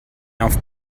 auf